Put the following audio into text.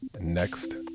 next